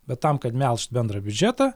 bet tam kad melžt bendrą biudžetą